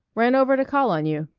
ran over to call on you.